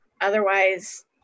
otherwise